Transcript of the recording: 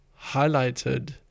highlighted